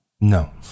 no